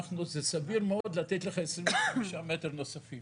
זה סביר מאוד לתת לך 25 מטר נוספים.